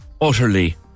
utterly